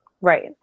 Right